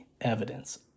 evidence